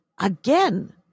again